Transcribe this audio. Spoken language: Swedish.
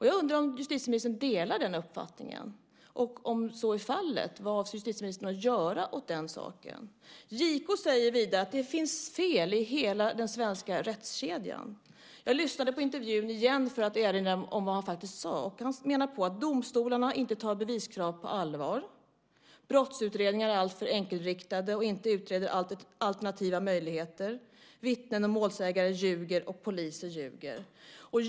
Jag undrar om justitieministern delar den uppfattningen. Om så är fallet, vad avser justitieministern att göra åt saken? JK säger vidare att det finns fel i hela den svenska rättskedjan. Jag lyssnade på intervjun igen för att erinra mig vad han faktiskt sade. Han menade på att domstolarna inte tar beviskrav på allvar, att brottsutredningar är alltför enkelriktade och inte utreder alternativa möjligheter, att vittnen och målsägare ljuger och poliser ljuger.